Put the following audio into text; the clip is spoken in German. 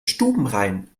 stubenrein